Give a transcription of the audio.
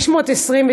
628